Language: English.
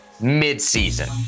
mid-season